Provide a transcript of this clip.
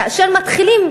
כאשר מתחילים,